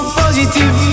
positive